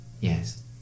Yes